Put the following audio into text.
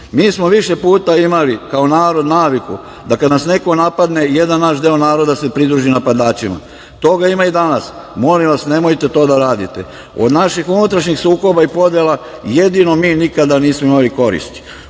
mi smo više puta imali kao narod naviku da kada nas neko napadne, jedan naš deo naroda se pridruži napadačima. Toga ima i danas. Molim vas, nemojte to da radite. Od naših unutrašnjih sukoba i podela jedino mi nikada nismo imali koristi. Uprkos